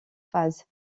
phase